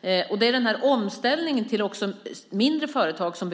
Det behöver ske en omställning så att det också blir mindre företag.